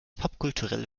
popkulturelle